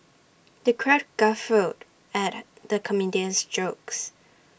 the crowd guffawed at the comedian's jokes